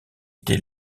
été